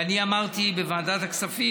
ואני אמרתי בוועדת הכספים,